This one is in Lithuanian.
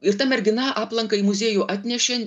ir ta mergina aplanką į muziejų atnešė